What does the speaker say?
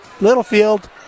Littlefield